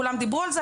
כולם דיברו על זה.